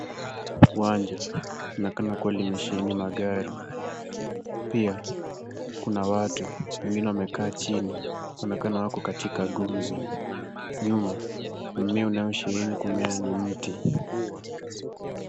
Uwanja unaonekana kuwa limesheheni magari . Pia kuna watu wengine wamekaa chini wanaonekana wako katika gumzo. Nyuma, mmea unaosheheni kumea ni mti.